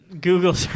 Google